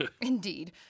Indeed